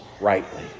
rightly